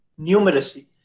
Numeracy